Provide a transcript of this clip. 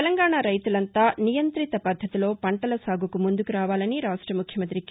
తెలంగాణ రైతులంతా నియంతిత పద్దతిలో పంటల సాగుకు ముందుకు రావాలని రాష్ట ముఖ్యమంతి కె